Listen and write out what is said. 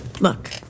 look